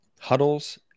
huddles